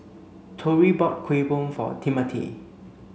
Tory bought Kuih Bom for Timmothy